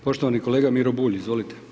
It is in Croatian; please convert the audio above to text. Poštovani kolega Miro Bulj, izvolite.